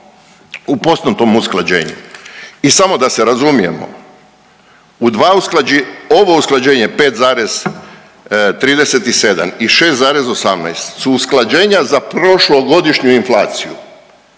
u postotnom usklađenju. I samo da se razumijemo u dva, ovo usklađenje 5,37 i 6,18 su usklađenja za prošlogodišnju inflaciju.